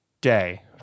day